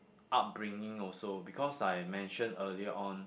upbringing also because I mentioned earlier on